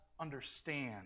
understand